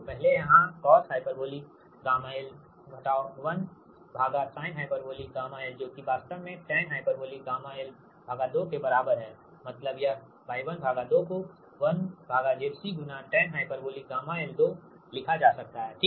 पहले यहाँ cosh Yl 1Sinh Ylजो की वास्तव में tanh γ l2 के बराबर है मतलब यह Y12को 1Zc tanh γ l2लिखा जा सकता है ठीक